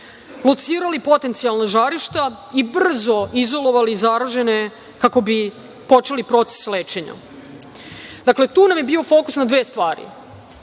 locirali potencijalna žarišta i brzo izolovali zaražene, kako bi počeli proces lečenja. Dakle, tu nam je bio fokus na dve stvari.